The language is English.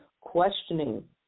questioning